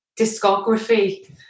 discography